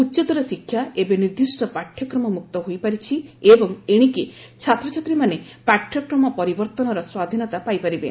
ଉଚ୍ଚତର ଶିକ୍ଷା ଏବେ ନିର୍ଦ୍ଦିଷ୍ଟ ପାଠ୍ୟକ୍ରମ ମୁକ୍ତ ହୋଇପାରିଛି ଏବଂ ଏଣିକି ଛାତ୍ରଛାତ୍ରୀମାନେ ପାଠ୍ୟକ୍ରମ ପରିବର୍ତ୍ତନର ସ୍ୱାଧୀନତା ପାଇ ପାରିବେ